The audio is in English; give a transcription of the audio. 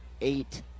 eight